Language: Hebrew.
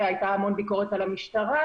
והייתה המון ביקורת על המשטרה,